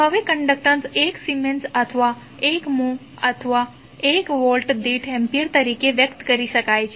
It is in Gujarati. તો હવે કન્ડકટન્સ 1 સીમેન્સ અથવા 1 મ્હોં અથવા 1 વોલ્ટ દીઠ એમ્પીયર તરીકે વ્યક્ત કરી શકાય છે